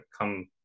come